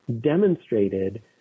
demonstrated